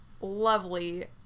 lovely